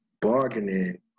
Bargaining